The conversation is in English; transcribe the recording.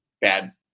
bad